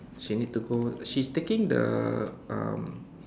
she need to go she's taking the um